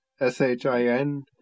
s-h-i-n